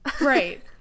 right